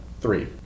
Three